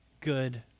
good